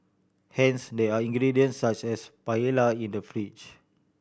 hence there are ingredients such as paella in the fridge